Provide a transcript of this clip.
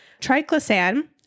triclosan